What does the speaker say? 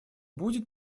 будет